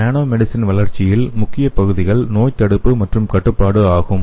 nanomedicine வளர்ச்சியின் முக்கிய பகுதிகள் நோய் தடுப்பு மற்றும் கட்டுப்பாடு ஆகும்